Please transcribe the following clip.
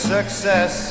Success